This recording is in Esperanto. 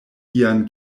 ian